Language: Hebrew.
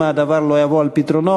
אם הדבר לא יבוא על פתרונו,